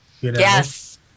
Yes